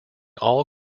all